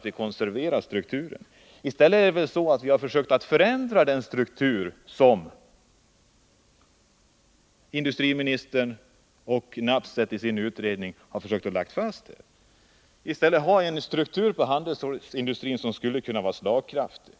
Vi har i stället försökt att förändra en struktur som industriministern och Lars Nabseth har försökt lägga fast. Vi vill ha en struktur på handelsstålsindustrin som skulle kunna vara slagkraftig.